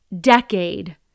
decade